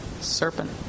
Serpent